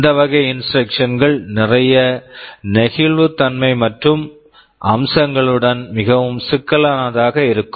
இந்தவகை instruction instruction கள் நிறைய நெகிழ்வுத்தன்மை மற்றும் அம்சங்களுடன் மிகவும் சிக்கலானதாக இருக்கும்